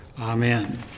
amen